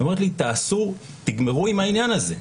היא אומרת: תגמרו עם העניין הזה.